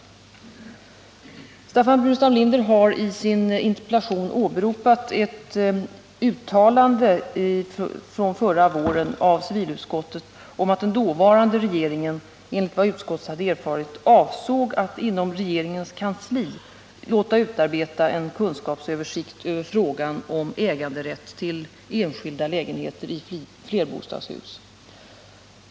Staffan Burenstam Linder har i sin interpellation åberopat ett uttalande från förra våren av civilutskottet om att den dåvarande regeringen, enligt vad utskottet hade erfarit, avsåg att inom regeringens kansli låta utarbeta en kunskapsöversikt över frågan om äganderätt till enskilda lägenheter i flerbostadshus.